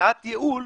הצעת ייעול,